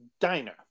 diner